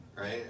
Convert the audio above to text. right